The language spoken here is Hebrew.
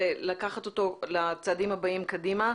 ולקחת אותו לצעדים הבאים קדימה.